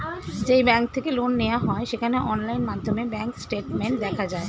যেই ব্যাঙ্ক থেকে লোন নেওয়া হয় সেখানে অনলাইন মাধ্যমে ব্যাঙ্ক স্টেটমেন্ট দেখা যায়